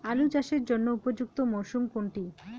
আলু চাষের জন্য উপযুক্ত মরশুম কোনটি?